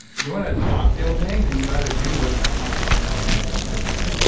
you want to not feel pain? then you better do what my conscious brain wanted me to do in the first place.